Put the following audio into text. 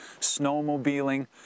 snowmobiling